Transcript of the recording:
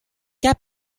cap